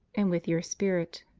and with your spirit.